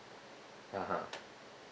(uh huh)